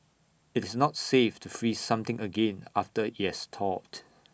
IT is not safe to freeze something again after IT has thawed